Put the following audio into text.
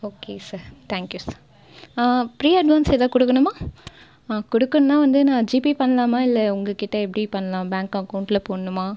okay sir thank you sir pre advance ஏதாவது கொடுக்கணுமா கொடுக்கணும்னா வந்து நான் ஜீபே பண்ணலாமா இல்லை உங்கள் கிட்டே எப்படி பண்ணலாம் பேங்க் அக்கவுண்ட்டில் போடணுமா